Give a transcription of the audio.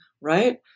right